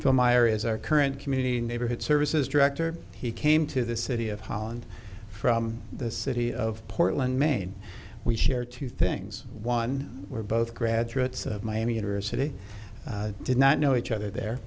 or as our current community neighborhood services director he came to the city of holland from the city of portland maine we share two things one we're both graduates of miami university did not know each other there